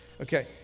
Okay